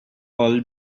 all